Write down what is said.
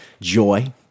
joy